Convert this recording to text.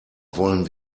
wollen